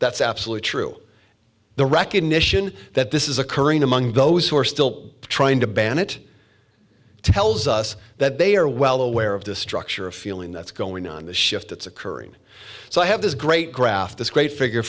that's absolutely true the recognition that this is occurring among those who are still trying to ban it tells us that they are well aware of the structure of feeling that's going on the shift that's occurring so i have this great graph this great figure